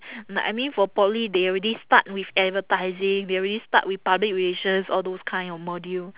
like I mean for poly they already start with advertising they already start with public relations all those kind of module